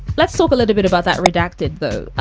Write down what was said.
let's talk a little bit about that redacted, though.